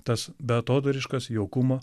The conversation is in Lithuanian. tas beatodairiškas jaukumo